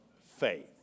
faith